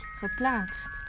geplaatst